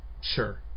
Sure